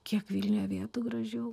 kiek vilniuje vietų gražių